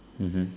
mmhmm